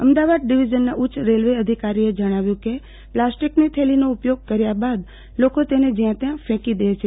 અમદાવાદ ડિવિઝનના ઉચ્ચ રેલવે અધિકારીએ જણાવ્યું કે પ્લાસ્ટિકની થેલીનો ઉપયોગ કર્યા બાદ લોકો તેને જયાં ત્યાં ફેંકી દે છે